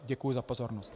Děkuji za pozornost.